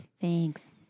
Thanks